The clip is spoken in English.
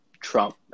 trump